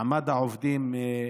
מעמד העובדים,